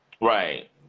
Right